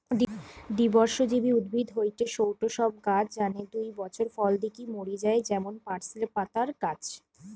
দ্বিবর্ষজীবী উদ্ভিদ হয়ঠে সৌ সব গাছ যানে দুই বছর ফল দিকি মরি যায় যেমন পার্সলে পাতার গাছ